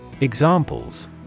Examples